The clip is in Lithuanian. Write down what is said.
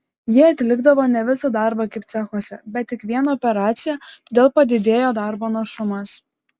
jie atlikdavo ne visą darbą kaip cechuose bet tik vieną operaciją todėl padidėjo darbo našumas